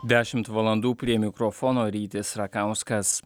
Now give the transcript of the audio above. dešimt valandų prie mikrofono rytis rakauskas